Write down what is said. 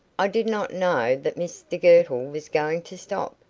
i did not know that mr girtle was going to stop?